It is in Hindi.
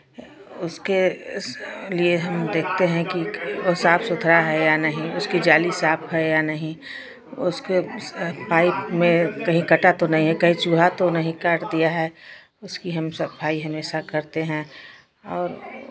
उसके लिए हम देखते हैं कि साफ सुथरा है या नहीं उसकी जाली साफ है या नहीं उसके पाइप में कहीं कटा तो नहीं है कहीं चूहा तो नहीं काट दिया है उसकी हम सफाई हमेशा करते हैं और